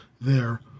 There